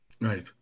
Right